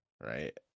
right